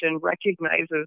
recognizes